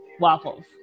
Waffles